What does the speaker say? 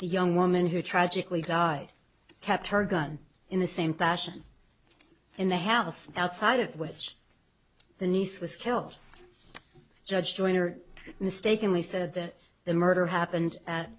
the young woman who tragically died kept her gun in the same fashion in the house outside of which the niece was killed judge joyner mistakenly said that the murder happened at